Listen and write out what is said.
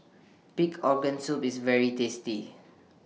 Pig Organ Soup IS very tasty